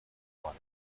water